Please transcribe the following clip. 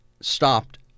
stopped